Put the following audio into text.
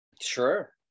Sure